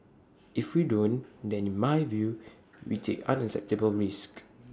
if we don't then in my view we take unacceptable risks